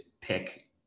pick